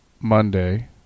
Monday